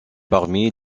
parmi